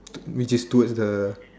which is towards the